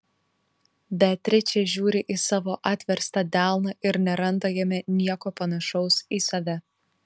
beatričė žiūri į savo atverstą delną ir neranda jame nieko panašaus į save